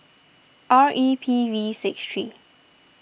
R E P V six three